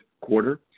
quarter